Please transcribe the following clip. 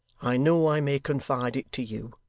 i know i may confide it to you,